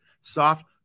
soft